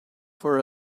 for